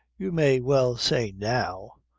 you may well say now,